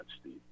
Steve